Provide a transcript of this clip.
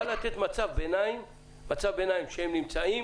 הוא בא לתת מצב ביניים שהם נמצאים